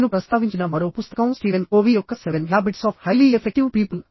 నేను ప్రస్తావించిన మరో పుస్తకం స్టీవెన్ కోవీ యొక్క seven habits of highly effective people